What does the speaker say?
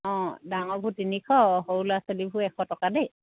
অঁ ডাঙৰবোৰ তিনিশ সৰু ল'ৰা ছোৱালীবোৰ এশ টকা দেই